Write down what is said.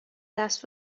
دست